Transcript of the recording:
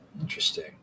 interesting